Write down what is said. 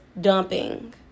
dumping